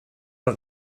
rak